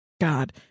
god